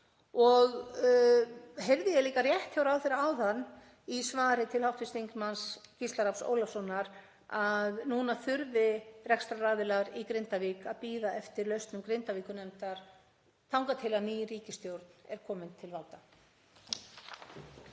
Og heyrði ég líka rétt hjá ráðherra áðan í svari til hv. þm. Gísla Rafns Ólafssonar að núna þurfi rekstraraðilar í Grindavík að bíða eftir lausnum Grindavíkurnefndar þangað til ný ríkisstjórn er komin til valda?